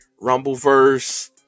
Rumbleverse